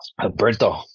Alberto